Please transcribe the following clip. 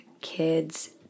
kids